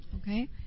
Okay